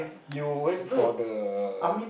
you went for the